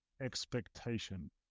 expectation